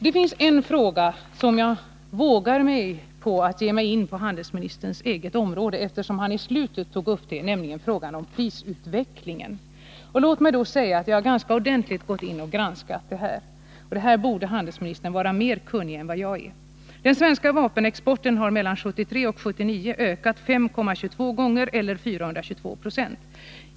Det finns en fråga på handelsministerns eget område — som jag vågar ge mig in på, eftersom han i slutet tog upp den — nämligen frågan om prisutvecklingen. Låt mig säga att jag ganska ordentligt har granskat den men att handelsministern egentligen borde vara mer kunnig än vad jag är på det området; dvs. inflationen. Den svenska vapenexporten har mellan 1973 och 1979 ökat 5,22 gånger eller med 422 Yo.